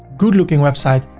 good-looking website.